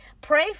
Pray